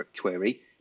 query